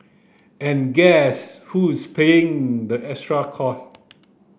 and guess who's paying the extra cost